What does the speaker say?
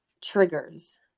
triggers